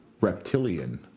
Reptilian